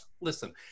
listen